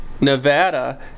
Nevada